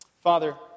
Father